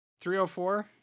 304